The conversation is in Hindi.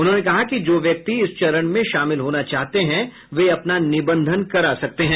उन्होंने कहा कि जो व्यक्ति इस चरण में शामिल होना चाहते हैं वे अपना निबंधन करा सकते हैं